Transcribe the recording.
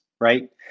right